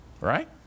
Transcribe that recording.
right